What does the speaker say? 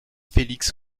félix